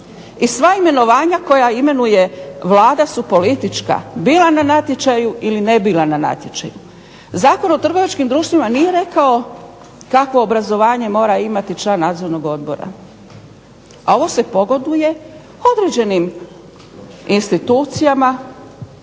i sva imenovanja koja imenuje Vlada su politička. Bila na natječaju ili ne bila na natječaju. Zakon o trgovačkim društvima nije rekao kakvo obrazovanje mora imati član nadzornog odbora, a ovo se pogoduje određenim institucijama